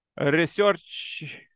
research